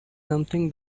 something